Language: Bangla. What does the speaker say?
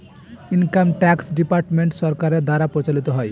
ইনকাম ট্যাক্স ডিপার্টমেন্ট সরকারের দ্বারা পরিচালিত হয়